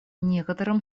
некоторым